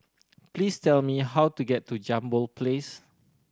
please tell me how to get to Jambol Place